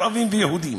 ערבים ויהודים,